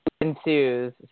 ensues